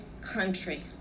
country